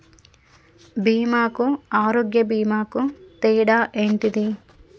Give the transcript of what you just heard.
బీమా కు ఆరోగ్య బీమా కు తేడా ఏంటిది?